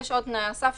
יש עוד תנאי סף